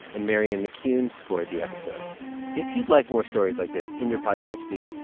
and marianne mccune scored the episode if you'd like more stories like this in your podcast feed,